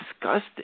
disgusting